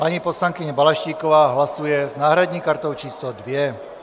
Paní poslankyně Balaštíková hlasuje s náhradní kartou číslo 2.